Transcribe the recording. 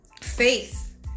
faith